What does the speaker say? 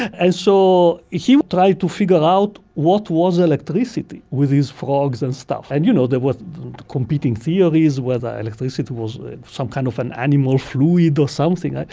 and so he tried to figure out what was electricity with his frogs and stuff. and you know, there were competing theories whether electricity was some kind of an animal fluid or something.